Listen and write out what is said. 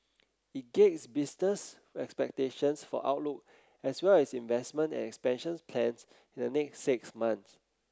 it gauge business expectations for outlook as well as investment and expansions plans in the next six months